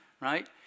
right